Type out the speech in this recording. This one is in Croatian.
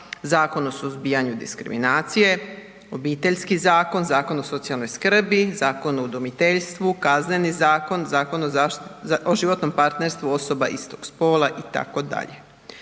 Zakon o suzbijanju diskriminacije, Obiteljski zakon, Zakon o socijalnoj skrbi, Zakon o udomiteljstvu, Kazneni zakon, Zakon o životnom partnerstvu osoba istog spola itd..